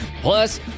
Plus